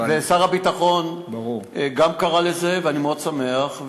ושר הביטחון גם קרא לזה, ואני מאוד שמח.